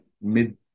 mid